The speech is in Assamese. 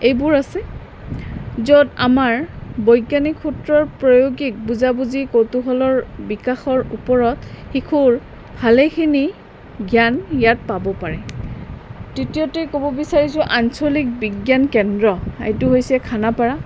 এইবোৰ আছে য'ত আমাৰ বৈজ্ঞানিক সূত্ৰৰ প্ৰয়োগিক বুজাবুজি কৌতুশলৰ বিকাশৰ ওপৰত শিশুৰ ভালেখিনি জ্ঞান ইয়াত পাব পাৰে তৃতীয়তে ক'ব বিচাৰিছোঁ আঞ্চলিক বিজ্ঞান কেন্দ্ৰ এইটো হৈছে খানাপাৰাত